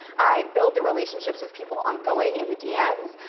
i build the relationships with people ongoing in the dms